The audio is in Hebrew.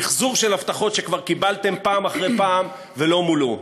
מיחזור של הבטחות שכבר קיבלתם פעם אחר פעם ולא מולאו.